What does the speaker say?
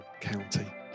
county